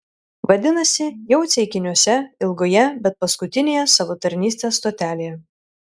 vadinasi jau ceikiniuose ilgoje bet paskutinėje savo tarnystės stotelėje